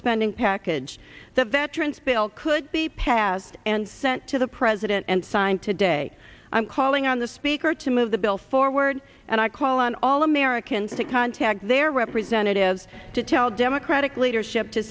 spending package the veterans bill could be passed and sent to the president and signed today i'm calling on the speaker to move the bill forward and i call on all i can to contact their representatives to tell democratic leadership to